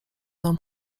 nam